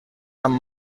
amb